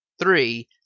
Three